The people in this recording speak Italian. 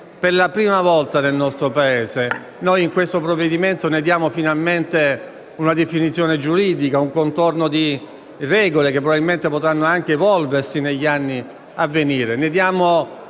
Delle Zone economiche speciali noi, in questo provvedimento, diamo finalmente una definizione giuridica, un contorno di regole che probabilmente potranno anche evolversi negli anni a venire;